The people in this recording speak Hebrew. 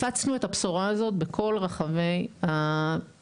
הפצנו את הבשורה הזאת בכל רחבי המדינה,